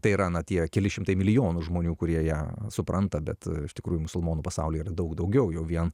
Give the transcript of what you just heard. tai yra na tie keli šimtai milijonų žmonių kurie ją supranta bet iš tikrųjų musulmonų pasaulyje yra daug daugiau jau vien